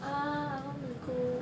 ah I wanna go